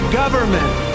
government